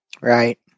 Right